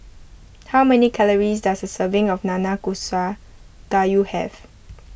how many calories does a serving of Nanakusa Gayu have